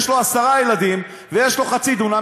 יש לו עשרה ילדים ויש לו חצי דונם,